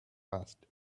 passed